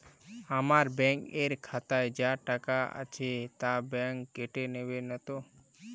আমার ব্যাঙ্ক এর খাতায় যা টাকা আছে তা বাংক কেটে নেবে নাতো?